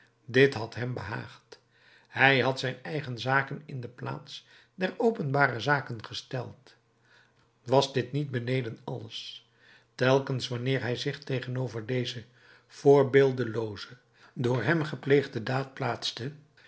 dit had hem behaagd hij had zijn eigen zaken in de plaats der openbare zaken gesteld was dit niet beneden alles telkens wanneer hij zich tegenover deze voorbeeldelooze door hem gepleegde daad plaatste